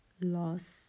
loss